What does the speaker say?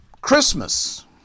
Christmas